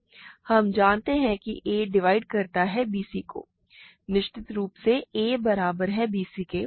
हम जानते हैं कि a डिवाइड करता है bc को निश्चित रूप से a बराबर है b c के